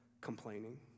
complaining